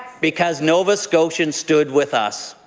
because nova scotians stood with us.